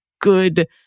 good